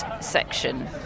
section